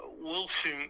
Wilson